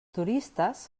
turistes